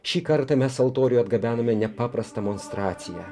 šį kartą mes altoriui atgabenome nepaprastą monstraciją